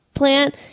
plant